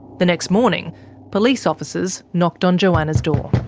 the next morning police officers knocked on johanna's door.